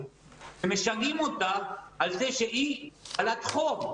ומשגעים אותה על זה שהיא בעלת חוב.